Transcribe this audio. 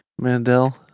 Mandel